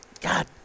God